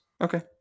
Okay